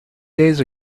days